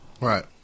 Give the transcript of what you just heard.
right